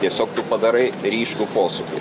tiesiog tu padarai ryškų posūkį